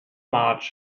marge